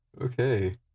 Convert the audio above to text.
Okay